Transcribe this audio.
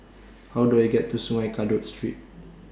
How Do I get to Sungei Kadut Street